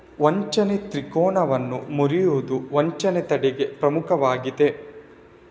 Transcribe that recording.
ವಂಚನೆ ತ್ರಿಕೋನವನ್ನು ಮುರಿಯುವುದು ವಂಚನೆ ತಡೆಗೆ ಪ್ರಮುಖವಾಗಿದೆ